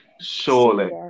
Surely